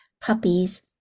puppies